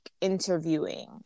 interviewing